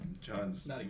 John's